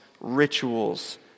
rituals